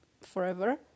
forever